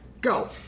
go